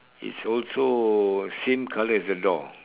it's also same colour as the door